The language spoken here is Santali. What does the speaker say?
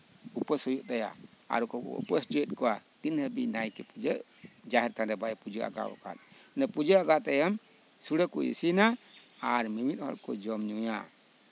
ᱩᱯᱟᱹᱥ ᱦᱩᱭᱩᱜ ᱛᱟᱭᱟ ᱟᱨ ᱠᱚ ᱩᱯᱟᱹᱥ ᱦᱚᱪᱚᱭᱮᱫ ᱠᱚᱣᱟ ᱛᱤᱱ ᱦᱟᱹᱵᱤᱡ ᱱᱟᱭᱠᱮ ᱯᱩᱡᱟᱹ ᱡᱟᱦᱮᱨ ᱛᱷᱟᱱᱨᱮ ᱵᱟᱭ ᱯᱩᱡᱟᱹ ᱟᱸᱜᱟ ᱟᱠᱟᱫ ᱯᱩᱡᱟᱹ ᱟᱸᱜᱟ ᱛᱟᱭᱚᱢ ᱥᱩᱲᱟᱹ ᱠᱚ ᱤᱥᱤᱱᱟ ᱟᱨ ᱢᱤᱢᱤᱫ ᱦᱚᱲ ᱠᱚ ᱡᱚᱢ ᱧᱩᱭᱟ